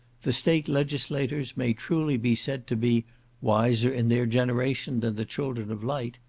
the state legislators may truly be said to be wiser in their generation than the children of light,